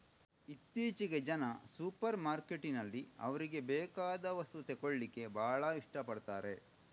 ಇತ್ತೀಚೆಗೆ ಜನ ಸೂಪರ್ ಮಾರ್ಕೆಟಿನಲ್ಲಿ ಅವ್ರಿಗೆ ಬೇಕಾದ ವಸ್ತು ತಗೊಳ್ಳಿಕ್ಕೆ ಭಾಳ ಇಷ್ಟ ಪಡ್ತಾರೆ